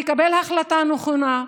יקבל החלטה נכונה,